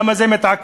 למה זה מתעכב,